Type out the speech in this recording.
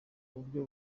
buryo